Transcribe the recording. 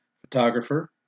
Photographer